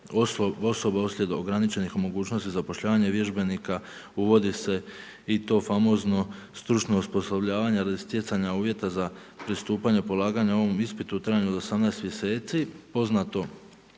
osoba uslijed ograničenih mogućnosti zapošljavanja vježbenika, uvodi se i to famozno stručno osposobljavanje radi stjecanja uvjeta za pristupanje polaganju ovom ispitu u trajanju od 18 mjeseci. Poznato